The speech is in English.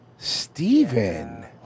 Steven